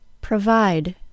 Provide